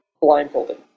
blindfolded